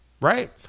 right